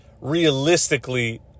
realistically